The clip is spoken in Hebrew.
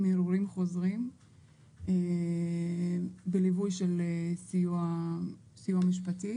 ערעורים חוזרים בליווי של סיוע משפטי